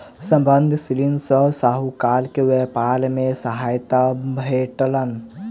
संबंद्ध ऋण सॅ साहूकार के व्यापार मे सहायता भेटलैन